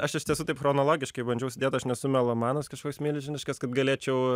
aš iš tiesų taip chronologiškai bandžiau sudėt aš nesu melomanas kažkoks milžiniškas kad galėčiau